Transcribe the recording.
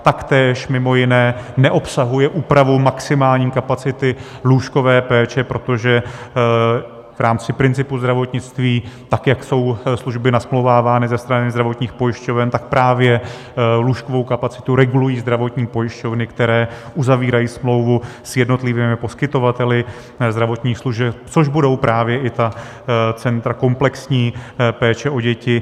Taktéž mimo jiné neobsahuje úpravu maximální kapacity lůžkové péče, protože v rámci principu zdravotnictví tak, jak jsou služby nasmlouvávány ze strany zdravotních pojišťoven, tak právě lůžkovou kapacitu regulují zdravotní pojišťovny, které uzavírají smlouvu s jednotlivými poskytovateli zdravotních služeb, což budou právě i ta centra komplexní péče o děti.